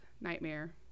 Nightmare